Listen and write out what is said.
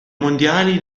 mondiali